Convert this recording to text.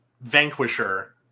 Vanquisher